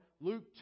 Luke